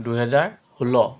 দুহেজাৰ ষোল্ল